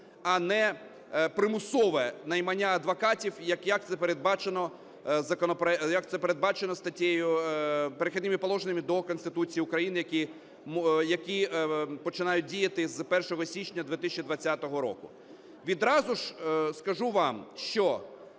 а не примусове наймання адвокатів, як це передбачено статтею… "Перехідними положеннями" до Конституції України, які починають діяти з 1 січня 2020 року.